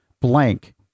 blank